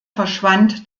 verschwand